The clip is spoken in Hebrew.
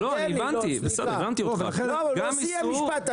הוא לא סיים משפט.